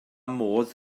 modd